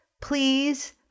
please